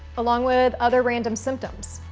along with other random symptoms.